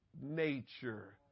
nature